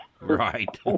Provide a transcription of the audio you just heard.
Right